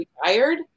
retired